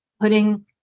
putting